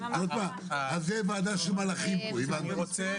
אז זאת ועדה של מלאכים פה, הבנתי.